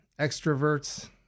extroverts